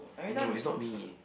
no it's not me